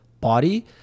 body